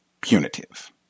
punitive